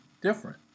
different